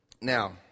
Now